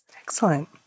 Excellent